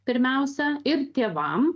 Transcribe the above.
pirmiausia ir tėvam